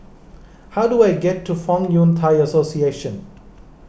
how do I get to Fong Yun Thai Association